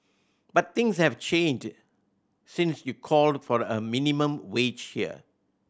but things have changed since you called for a minimum wage here